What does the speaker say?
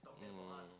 mm